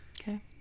Okay